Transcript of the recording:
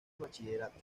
bachillerato